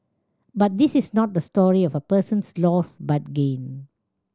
but this is not the story of a person's loss but gain